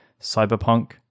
cyberpunk